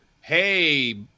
hey